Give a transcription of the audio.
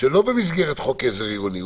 לא במסגרת חוק עזר עירוני,